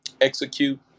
execute